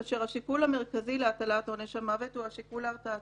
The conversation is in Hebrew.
כאשר השיקול המרכזי להטלת עונש המוות הוא השיקול ההרתעתי.